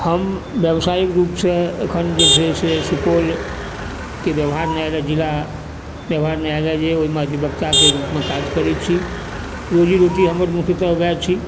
हम व्यवसायिक रूपसँ एखन जे छै से सुपौलके व्यवहार न्याय जिला व्यवहार न्याय जे यऽ ओहिमे अधिवक्ताके रूपमे काज करै छी रोजी रोटी हमर मुख्यत वएह छी